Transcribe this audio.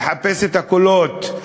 לחפש את הקולות,